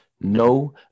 No